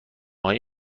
های